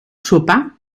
sopar